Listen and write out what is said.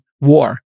war